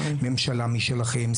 ממשלה משלכם,